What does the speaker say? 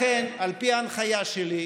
לכן, על פי הנחיה שלי,